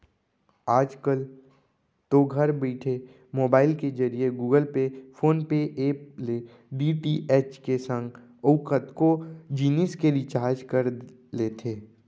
आजकल तो घर बइठे मोबईल के जरिए Google Pay, PhonePe app ले डी.टी.एच के संग अउ कतको जिनिस के रिचार्ज कर लेथे